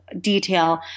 detail